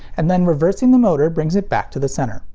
and then reversing the motor brings it back to the center.